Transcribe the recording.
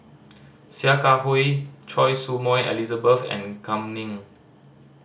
Sia Kah Hui Choy Su Moi Elizabeth and Kam Ning